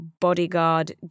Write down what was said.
bodyguard